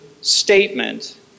statement